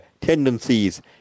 tendencies